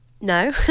no